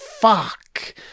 fuck